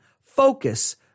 focus